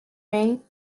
may